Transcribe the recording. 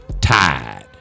tide